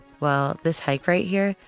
well, this hike right here,